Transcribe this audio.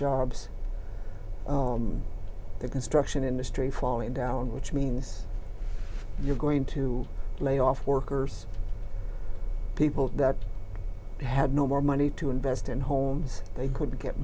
jobs the construction industry falling down which means you're going to lay off workers people that had no more money to invest in homes they could get